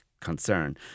concern